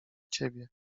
ciebie